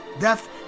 death